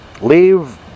Leave